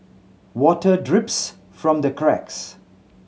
water drips from the cracks